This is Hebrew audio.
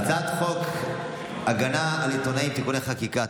להצעת חוק הגנה על עיתונאים (תיקוני חקיקה),